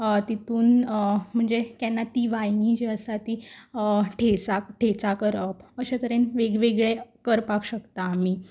तितून म्हणजे केन्ना केन्ना तीं वांयगीं जीं आसा तीं ठेचा ठेचा करप अशें तरेन वेगवेगळी करपाक शकता आमी